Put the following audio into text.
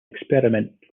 experiment